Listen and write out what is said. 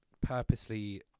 purposely